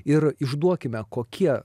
ir išduokime kokie